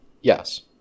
Yes